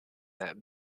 that